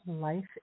Life